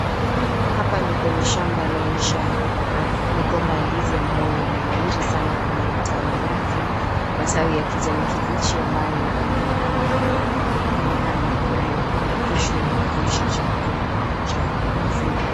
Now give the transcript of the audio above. Hapa ni kwenye shamba. Laonyesha migomba ya ndizi ambayo yamenawiri sana kwenye matawi yake. Matawi ya kijani kibichi ambayo inaonekana kuwa pale kando kunayo maegesho ya kukausha chakula cha mifugo.